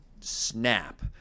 snap